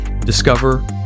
discover